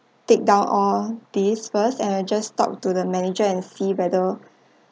take down all this first and I just talk to the manager and see whether